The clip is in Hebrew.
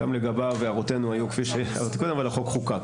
גם לגביו הערותינו היו כפי שאמרתי קודם אבל החוק חוקק.